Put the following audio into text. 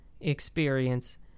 experience